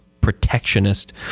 protectionist